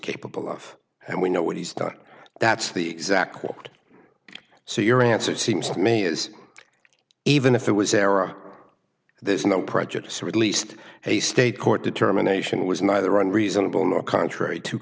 capable of and we know what he's done that's the exact quote so your answer seems to me is even if it was error there's no prejudice or at least a state court determination was neither a reasonable nor contrary to